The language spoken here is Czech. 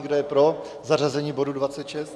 Kdo je pro zařazení bodu 26?